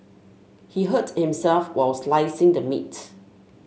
he hurt himself while slicing the meat